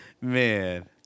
Man